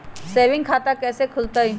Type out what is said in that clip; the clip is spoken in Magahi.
सेविंग खाता कैसे खुलतई?